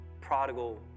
prodigal